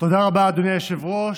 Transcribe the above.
היושב-ראש.